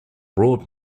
broad